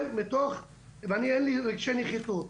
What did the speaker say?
אין לי רגשי נחיתות,